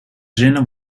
zinnen